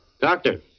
doctor